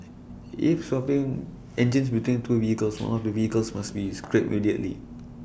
if swapping engines between two vehicles one of the vehicles must be scrapped immediately